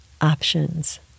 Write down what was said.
options